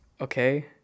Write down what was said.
okay